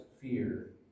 fear